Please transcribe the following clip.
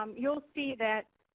um you'll see that